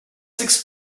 six